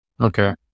Okay